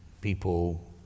people